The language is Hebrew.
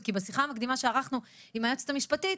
בשיחה המקדימה שערכנו עם היועצת המשפטית,